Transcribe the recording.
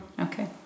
Okay